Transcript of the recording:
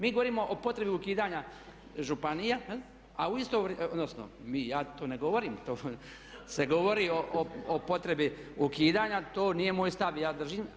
Mi govorimo o potrebi ukidanja županija, a u isto, odnosno ja to ne govorim, to se govori o potrebi ukidanja, to nije moj stav ja držim.